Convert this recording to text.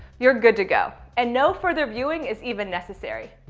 you're good to go. and no further viewing is even necessary.